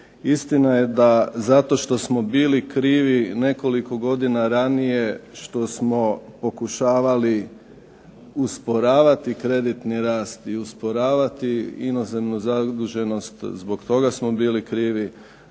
Istina je da zato što smo bili krivi nekoliko godina ranije što smo pokušavali usporavati kreditni rast i usporavati inozemnu zaduženost, zbog toga smo bili krivi,